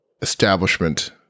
establishment